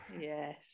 Yes